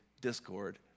discord